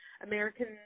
American